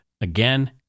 again